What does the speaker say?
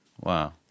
Wow